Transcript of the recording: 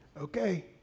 okay